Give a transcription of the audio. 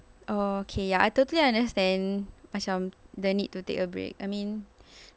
oh okay ya I totally understand macam the need to take a break I mean